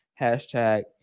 Hashtag